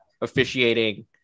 officiating